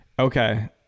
Okay